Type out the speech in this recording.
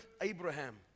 Abraham